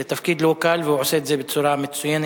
זה תפקיד לא קל והוא עושה את זה בצורה מצוינת,